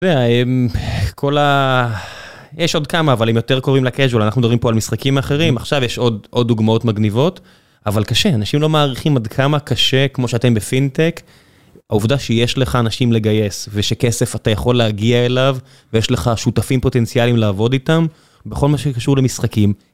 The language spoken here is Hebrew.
יש עוד כמה אבל אם יותר קוראים לקאז'ול אנחנו מדברים פה על משחקים אחרים עכשיו יש עוד דוגמאות מגניבות אבל קשה אנשים לא מעריכים עד כמה קשה כמו שאתם בפינטק העובדה שיש לך אנשים לגייס ושכסף אתה יכול להגיע אליו ויש לך שותפים פוטנציאליים לעבוד איתם בכל מה שקשור למשחקים.